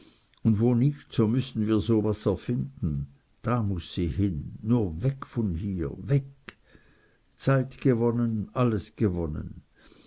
und wo nicht so müssen wir so was erfinden da muß sie hin nur weg von hier weg zeit gewonnen alles gewonnen